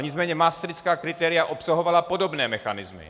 Nicméně maastrichtská kritéria obsahovala podobné mechanismy.